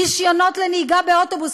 רישיונות לנהיגה באוטובוס,